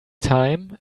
time